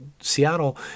Seattle